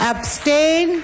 Abstain